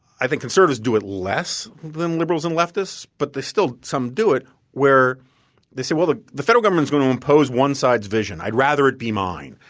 i think conservatives do it less than liberals and leftists but they still some do it where they say, well, the the federal government is going to impose one side's vision. i would rather it be mine.